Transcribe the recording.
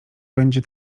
będzie